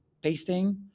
pasting